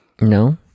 no